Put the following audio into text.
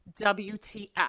WTF